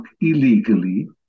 illegally